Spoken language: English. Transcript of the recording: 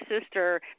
sister